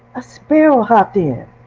a sparrow hopped in,